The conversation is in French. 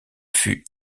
fut